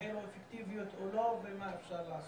לדעת האם התוכניות האלה אפקטיביות או לא ומה אפשר לעשות.